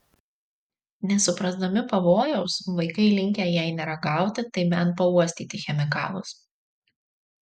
nesuprasdami pavojaus vaikai linkę jei ne ragauti tai bent pauostyti chemikalus